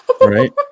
Right